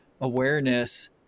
awareness